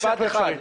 משפט אחד,